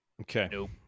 Okay